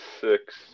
six